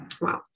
wow